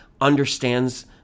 understands